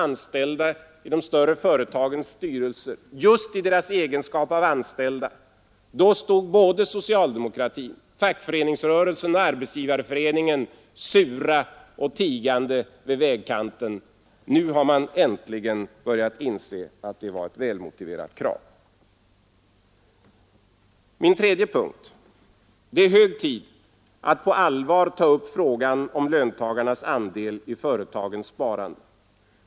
Nu är det hög tid att på allvar ta upp frågan om löntagarnas andel i företagens sparande.